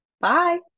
Bye